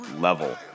level